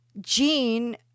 Gene